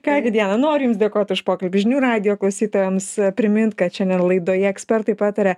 ką gi diana noriu jums dėkot už pokalbį žinių radijo klausytojams primint kad šiandien laidoje ekspertai pataria